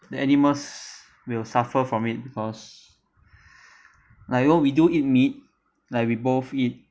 the animals will suffer from it because like what we do eat meat like we both eat